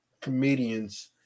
comedians